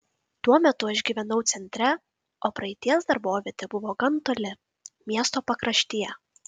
tuo metu aš gyvenau centre o praeities darbovietė buvo gan toli miesto pakraštyje